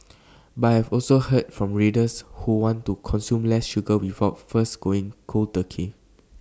but I have also heard from readers who want to consume less sugar without first going cold turkey